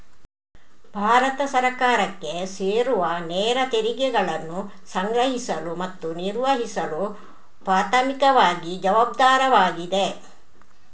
ಭಾರತ ಸರ್ಕಾರಕ್ಕೆ ಸೇರುವನೇರ ತೆರಿಗೆಗಳನ್ನು ಸಂಗ್ರಹಿಸಲು ಮತ್ತು ನಿರ್ವಹಿಸಲು ಪ್ರಾಥಮಿಕವಾಗಿ ಜವಾಬ್ದಾರವಾಗಿದೆ